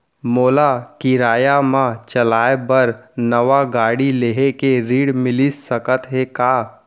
मोला किराया मा चलाए बर नवा गाड़ी लेहे के ऋण मिलिस सकत हे का?